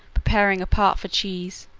preparing a part for cheese,